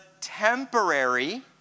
temporary